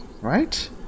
Right